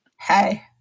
Hey